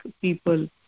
people